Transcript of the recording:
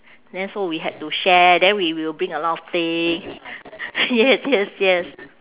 then so we had to share then we will bring a lot of thing yes yes yes